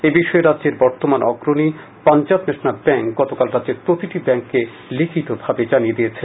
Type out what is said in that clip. এই বিষয়ে রাজ্যের বর্তমান অগ্রণী ব্যাঙ্ক পাঞ্জাব ন্যাশনাল ব্যাঙ্ক গতকাল রাজ্যের প্রতিটি ব্যাঙ্ককে লিখিতভাবে জানিয়ে দিয়েছে